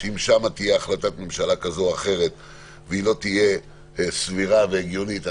אם תהיה החלטת ממשלה כזאת או אחרת שלא תהיה סבירה והגיונית,